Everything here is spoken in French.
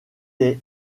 est